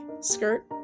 skirt